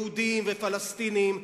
יהודים ופלסטינים,